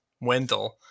Wendell